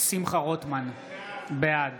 שמחה רוטמן, בעד